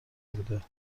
بوده